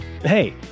Hey